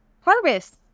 harvest